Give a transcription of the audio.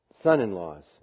son-in-laws